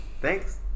Thanks